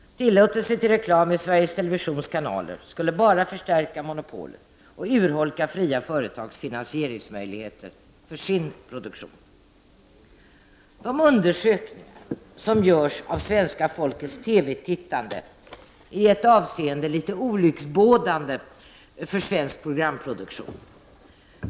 Tillåtelse till reklam i Sveriges Televisions kanaler skulle bara förstärka monopolet och urholka fria företags finansieringsmöjligheter för sin produktion. De undersökningar som görs av svenska folkets TV-tittande är i ett avseende litet olycksbådande för svensk programproduktion.